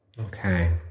Okay